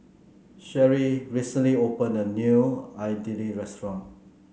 Sherri recently opened a new Idili restaurant